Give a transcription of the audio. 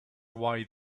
why